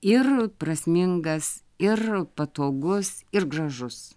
ir prasmingas ir patogus ir gražus